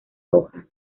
hoja